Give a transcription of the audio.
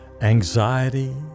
anxiety